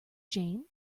jane